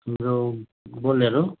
त्यो बोलेरो